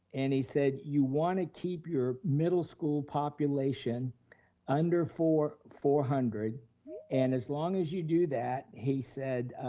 and he said you wanna keep your middle school population under four four hundred and as long as you do that, he said,